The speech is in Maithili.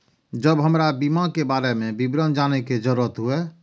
जब हमरा बीमा के बारे में विवरण जाने के जरूरत हुए?